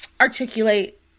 articulate